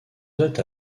dote